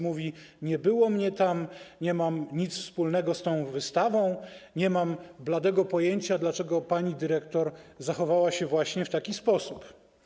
Mówi: nie było mnie tam, nie mam nic wspólnego z tą wystawą, nie mam bladego pojęcia, dlaczego pani dyrektor zachowała się właśnie w taki sposób.